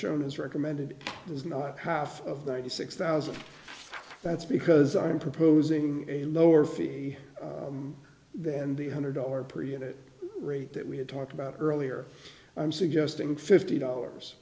shown is recommended is not half of that eighty six thousand that's because i'm proposing a lower fee than the hundred dollar per unit rate that we had talked about earlier i'm suggesting fifty dollars